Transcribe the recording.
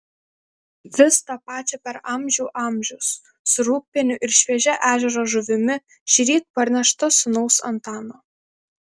vis tą pačią per amžių amžius su rūgpieniu ir šviežia ežero žuvimi šįryt parnešta sūnaus antano